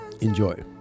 Enjoy